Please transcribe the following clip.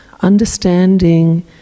understanding